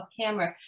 camera